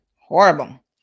horrible